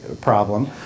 problem